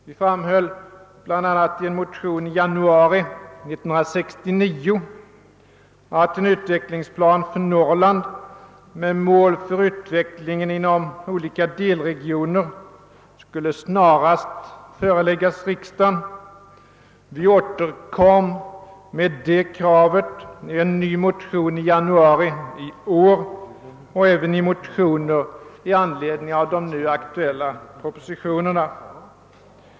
Vi framhöll bl.a. i en motion i januari 1969 att en utvecklingsplan för Norrland med mål för utvecklingen inom olika delregioner snarast borde föreläggas riksdagen. Vi återkom med det kravet i en ny motion i januari i år och även i motioner i anledning av de nu aktuella propositionerna.